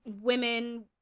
women